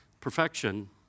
Perfection